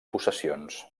possessions